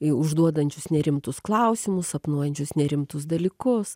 į užduodančius nerimtus klausimus sapnuojančius nerimtus dalykus